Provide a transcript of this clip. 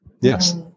yes